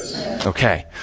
Okay